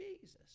Jesus